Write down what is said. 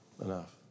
enough